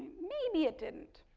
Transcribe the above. maybe it didn't.